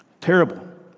terrible